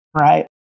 right